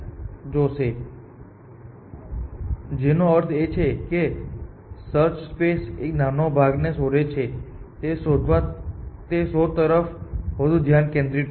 જો આપણે તેને સાબિત કરવા માંગીએ છીએ તો અમે આ પ્રોપર્ટી ને લઈશું તો જો A2 નોડ A1 તરફ જોઈ છે કેમ સ્ટાર